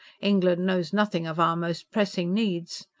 england knows nothing of our most pressing needs.